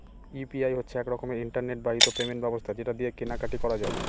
UPI হচ্ছে এক রকমের ইন্টারনেট বাহিত পেমেন্ট ব্যবস্থা যেটা দিয়ে কেনা কাটি করা যায়